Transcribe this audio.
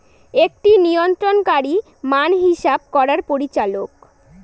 একটি নিয়ন্ত্রণকারী মান হিসাব করার পরিচালক